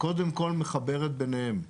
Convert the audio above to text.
קודם כל מחברת ביניהם.